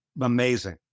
Amazing